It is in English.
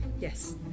Yes